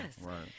right